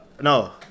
No